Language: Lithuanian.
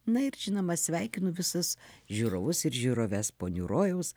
na ir žinoma sveikinu visus žiūrovus ir žiūroves ponių rojaus